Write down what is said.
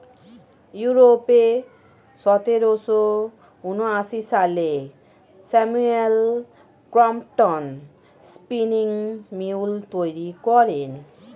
ইউরোপে সতেরোশো ঊনআশি সালে স্যামুয়েল ক্রম্পটন স্পিনিং মিউল তৈরি করেন